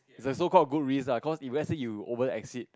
it's like so called good risk ah cause if let's say you exceed